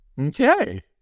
Okay